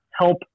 help